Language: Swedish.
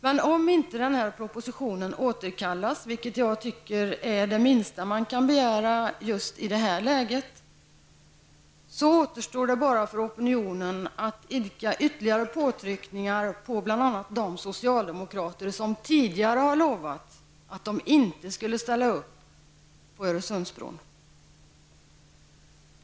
Men om inte propositionen återkallas, vilket jag tycker är det minsta man kan begära i det här läget, återstår det bara för opinionen att idka ytterligare påtryckningar på bl.a. de socialdemokrater som tidigare har lovat att de inte skulle ställa upp på en Öresundsbro.